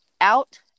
out